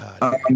God